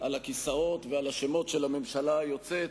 על הכיסאות ועל השמות של הממשלה היוצאת,